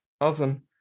awesome